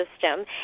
system